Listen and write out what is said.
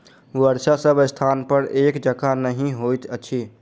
वर्षा सभ स्थानपर एक जकाँ नहि होइत अछि